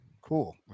Cool